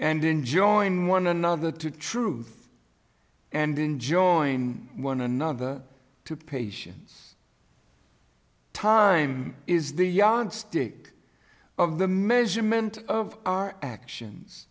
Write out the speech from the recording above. join one another to truth and enjoying one another to patients time is the yardstick of the measurement of our actions